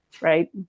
right